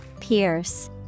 Pierce